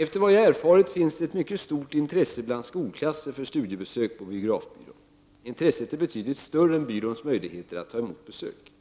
Efter vad jag erfarit finns det ett mycket stort intresse bland skolklasser för studiebesök på biografbyrån. Intresset är betydligt större än byråns möjligheter att ta emot besök.